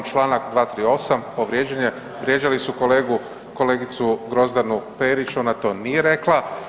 Čl. 238. povrijeđen je, vrijeđali su kolegu, kolegicu Grozdanu Perić, ona to nije rekla.